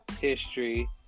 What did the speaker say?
history